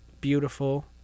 beautiful